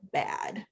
bad